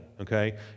okay